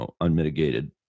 unmitigated